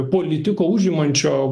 politiko užimančio